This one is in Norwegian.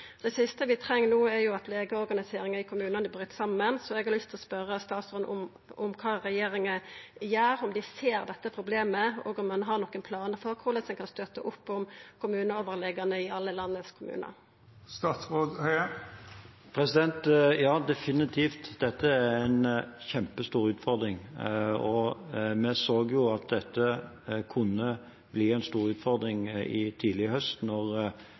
Det siste vi treng no, er jo at legeorganiseringa i kommunane bryt saman, så eg har lyst til å spørja statsråden om kva regjeringa gjer, om dei ser dette problemet, og om ein har nokon planar for korleis ein kan støtta opp om kommuneoverlegane i alle landets kommunar. Ja, definitivt. Dette er en kjempestor utfordring. Vi så jo at dette kunne bli en stor utfordring, tidlig i